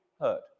heard